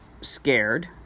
scared